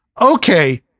Okay